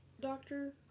doctor